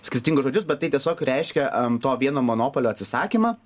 skirtingus žodžius bet tai tiesiog reiškia to vieno monopolio atsisakymą